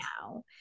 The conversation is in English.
now